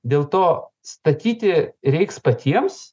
dėl to statyti reiks patiems